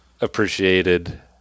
appreciated